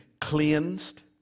cleansed